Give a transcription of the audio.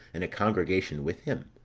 and a congregation with him,